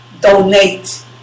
donate